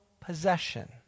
possession